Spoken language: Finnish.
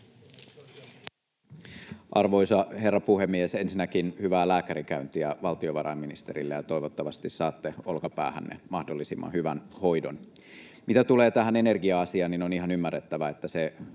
Arvoisa herra puhemies! Ensinnäkin hyvää lääkärikäyntiä valtiovarainministerille. Toivottavasti saatte olkapäähänne mahdollisimman hyvän hoidon. Mitä tulee tähän energia-asiaan, niin on ihan ymmärrettävää, että se